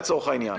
לצורך העניין.